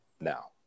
now